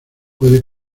puede